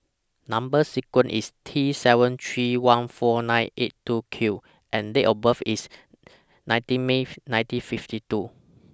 Number sequence IS T seven three one four nine eight two Q and Date of birth IS nineteen May nineteen fifty two